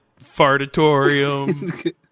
fartatorium